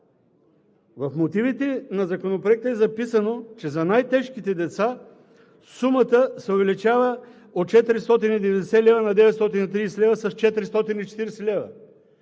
В мотивите на Законопроекта е записано, че за най-тежките деца сумата се увеличава от 490 лв. на 930 лв. – с 440 лв.